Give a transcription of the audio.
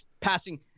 passing